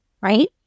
right